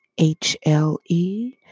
HLE